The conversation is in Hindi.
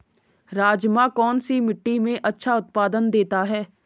राजमा कौन सी मिट्टी में अच्छा उत्पादन देता है?